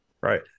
Right